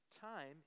Time